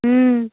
ହୁଁ